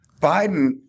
Biden